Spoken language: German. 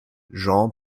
jean